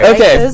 Okay